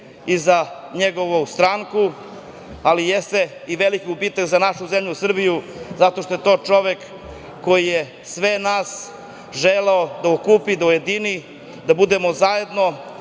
i za njegovu stranku, ali jeste i veliki gubitak za našu zemlju Srbiju, zato što je to čovek koji je sve nas želeo da okupi, da ujedini, da budemo zajedno